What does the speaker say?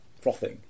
frothing